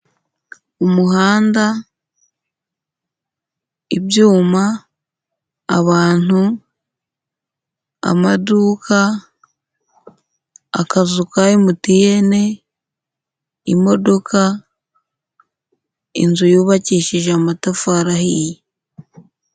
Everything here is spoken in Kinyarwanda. Umuhanda, ibyuma, abantu, amaduka, akazu ka MTN, imodoka, inzu yubakishije amatafari ahiye.